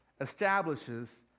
establishes